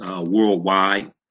worldwide